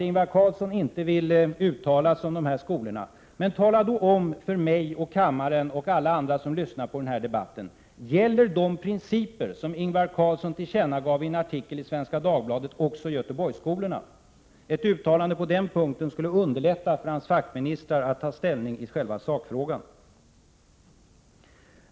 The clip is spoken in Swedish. Ingvar Carlsson vill inte uttala sig om de här skolorna. Men tala då om för mig, kammaren och alla andra som lyssnar på den här debatten: Gäller de principer som Ingvar Carlsson tillkännagav i en artikel i Svenska Dagbladet också Göteborgsskolorna? Ett uttalande på den punkten skulle underlätta för Ingvar Carlssons fackministrar att ta ställning till själva sakfrågan.